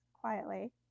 quietly